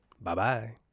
Bye-bye